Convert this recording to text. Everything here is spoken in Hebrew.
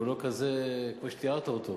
הוא לא כזה כמו שתיארת אותו,